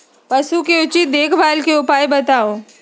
पशु के उचित देखभाल के उपाय बताऊ?